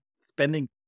spending